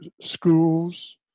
schools